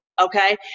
okay